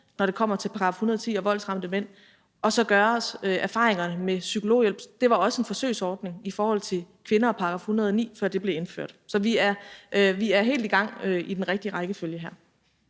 når det kommer til § 110 og voldsramte mænd, og så gøre os erfaringer med psykologhjælp. Det var også en forsøgsordning i forhold til kvinder og § 109, før det blev indført. Så vi er i gang med den helt rigtige rækkefølge her.